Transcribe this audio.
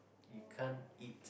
you can't eat